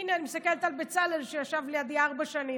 הינה, אני מסתכלת על בצלאל, שישב לידי ארבע שנים.